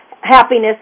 happiness